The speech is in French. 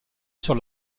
sur